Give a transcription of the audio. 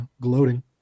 gloating